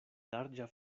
larĝa